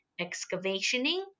excavationing